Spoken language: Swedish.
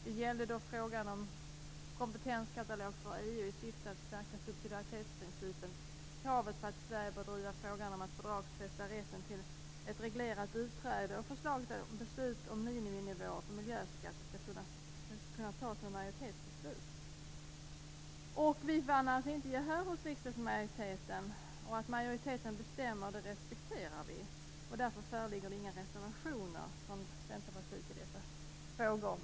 Det gällde frågan om en kompetenskatalog för EU i syfte att stärka subsidiaritetsprincipen, kravet på att Sverige bör driva frågan om att fördragsfästa rätten till ett reglerat utträde och förslaget om att beslut om miniminivåer för miljöskatter skall kunna fattas som majoritetsbeslut. Vi vann alltså inte gehör hos riksdagsmajoriteten. Vi respekterar att majoriteten bestämmer. Därför föreligger inte några reservationer från Centerpartiet i dessa frågor.